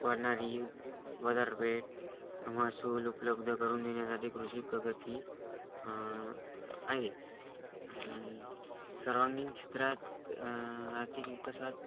वाढणारी बाजारपेठ महसूल उपलब्ध करून देण्यासाठी कृषी प्रगती आहे सर्वांगीण क्षेत्रात आर्थिक विकासात